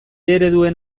ereduen